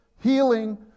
healing